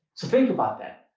so think about that.